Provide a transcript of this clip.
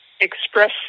express